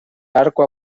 arco